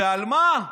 ועל מה?